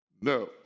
No